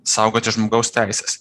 saugoti žmogaus teises